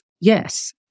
yes